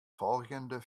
folgjende